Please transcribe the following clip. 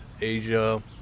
Asia